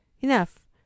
enough